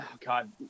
God